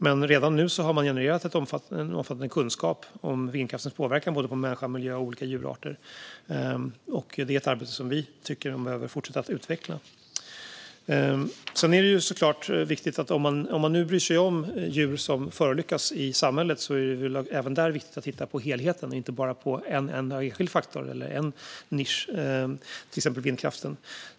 Men redan nu har man genererat en omfattande kunskap om vindkraftens påverkan på både människan och olika djurarter. Det är ett arbete som vi tycker att de behöver fortsätta att utveckla. Om man nu bryr sig om djur som förolyckas i samhället är det såklart viktigt att även där titta på helheten och inte bara på en enda enskild faktor eller en nisch, till exempel vindkraften.